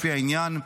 לפי העניין,